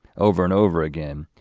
over and over again,